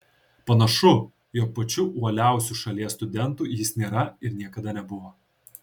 panašu jog pačiu uoliausiu šalies studentu jis nėra ir niekada nebuvo